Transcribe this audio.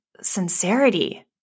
sincerity